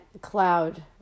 cloud